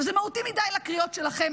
זה מהותי מדי לקריאות שלכם,